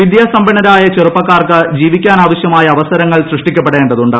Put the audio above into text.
വിദ്യാസമ്പന്നരായ ചെറുപ്പക്കാർക്ക് ജീവിക്കാനാവശ്യമായ അവസരങ്ങൾ സൃഷ്ടിക്കപ്പെടേണ്ടതുണ്ട്